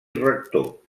rector